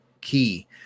key